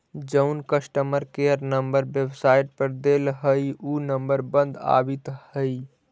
जउन customer care number website पर देल हई ऊ नंबर बंद आबित हई